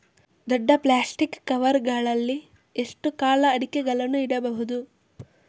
ದೊಡ್ಡ plastic cover ಗಳಲ್ಲಿ ಎಷ್ಟು ಕಾಲ ಅಡಿಕೆಗಳನ್ನು ಇಡಬಹುದು?